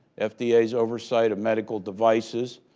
ah fda's oversight of medical devices.